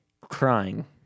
crying